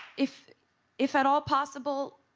if if at all possible,